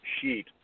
sheet